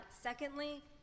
Secondly